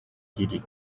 iri